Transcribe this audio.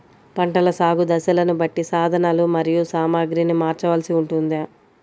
పంటల సాగు దశలను బట్టి సాధనలు మరియు సామాగ్రిని మార్చవలసి ఉంటుందా?